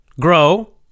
grow